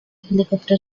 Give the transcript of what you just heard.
helicopter